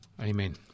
Amen